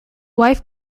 wife